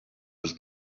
was